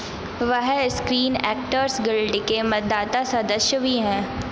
वह screen actors guild के मतदाता सदस्य भी हैं